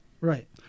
Right